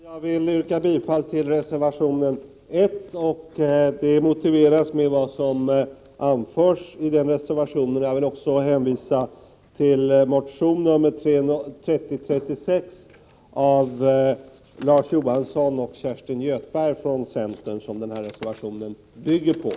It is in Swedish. Herr talman! Jag vill yrka bifall till reservation 1. Detta motiveras med vad som anförs i reservationen, och jag vill också hänvisa till motion nr 3036 av Larz Johansson och Kerstin Göthberg från centern, som den här reservationen bygger på.